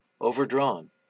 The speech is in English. overdrawn